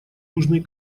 южный